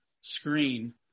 screen